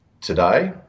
today